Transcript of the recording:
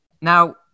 Now